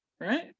right